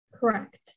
Correct